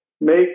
make